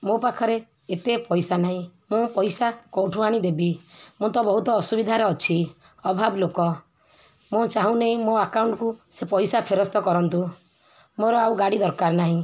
ମୋ ପାଖରେ ଏତେ ପଇସା ନାହିଁ ମୁଁ ପଇସା କେଉଁଠୁ ଆଣିଦେବି ମୁଁ ତ ବହୁତ ଅସୁବିଧାରେ ଅଛି ଅଭାବ ଲୋକ ମୁଁ ଚାହୁଁନି ମୋ ଆକାଉଣ୍ଟକୁ ସେ ପଇସା ଫେରସ୍ତ କରନ୍ତୁ ମୋର ଆଉ ଗାଡ଼ି ଦରକାର ନାହିଁ